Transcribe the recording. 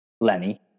Lenny